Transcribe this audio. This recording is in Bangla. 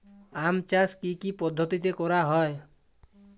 আম চাষ কি কি পদ্ধতিতে করা হয়?